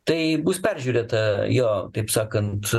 tai bus peržiūrėta jo taip sakant